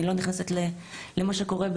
אני לא נכנסת למה שקורה,